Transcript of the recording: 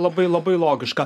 labai labai logiška